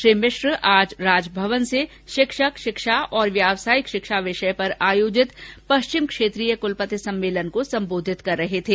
श्री मिश्र आज राजभवन में शिक्षक शिक्षा और व्यवसायिक शिक्षा विषय पर आयोजित पश्चिम क्षेत्रीय कलपति सम्मेलन को संबोधित कर रहे थे